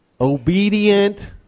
Obedient